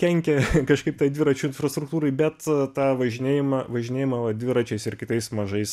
kenkia kažkaip tai dviračių infrastruktūrai bet tą važinėjimą važinėjimą vat dviračiais ir kitais mažais